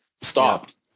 stopped